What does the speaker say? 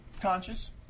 Conscious